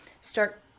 start